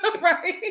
Right